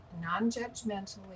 non-judgmentally